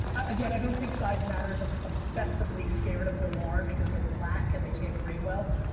again, i don't think size matters. i'm obsessively scared of nawar because they're black and they can't grade well.